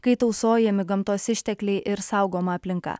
kai tausojami gamtos ištekliai ir saugoma aplinka